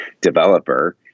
developer